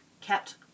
kept